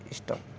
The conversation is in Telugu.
ఇష్టం